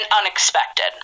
unexpected